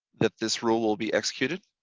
that this rule will be executed.